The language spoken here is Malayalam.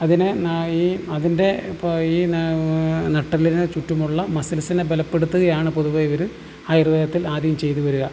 അതിന് ഈ അതിൻ്റെ ഇപ്പോൾ ഈ നട്ടെല്ലിന് ചുറ്റുമുള്ള മസിൽസിനെ ബലപ്പെടുത്തുകയാണ് പൊതുവെ ഇവർ ആയുർവേദത്തിൽ ആദ്യം ചെയ്തു വരിക